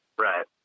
Right